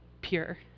pure